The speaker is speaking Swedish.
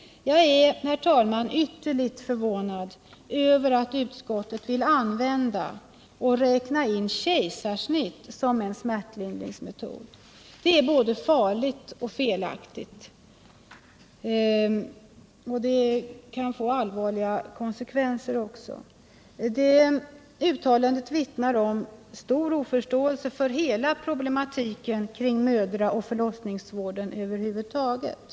Herr talman! Jag är ytterligt förvånad över att utskottet vill använda och räkna in kejsarsnitt som en smärtlindringsmetod. Det är både ett farligt och ett felaktigt ställningstagande från utskottets sida, och det skulle få allvarliga konsekvener. Uttalandet vittnar om stor oförståelse för hela problematiken kring mödraoch förlossningsvården över huvud taget.